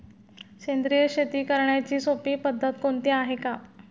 सेंद्रिय शेती करण्याची सोपी पद्धत कोणती आहे का?